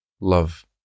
love